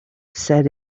said